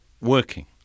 working